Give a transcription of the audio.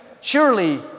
Surely